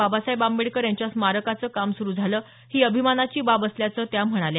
बाबासाहेब आंबेडकर यांच्या स्मारकाचं काम सुरु झालं ही अभिमानाची बाब असल्याचं त्या म्हणाल्या